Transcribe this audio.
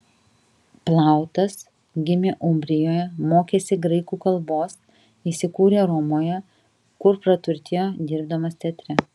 plautas gimė umbrijoje mokėsi graikų kalbos įsikūrė romoje kur praturtėjo dirbdamas teatre